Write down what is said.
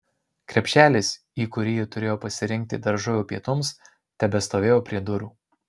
krepšelis į kurį ji turėjo pasirinkti daržovių pietums tebestovėjo prie durų